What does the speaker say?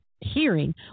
hearing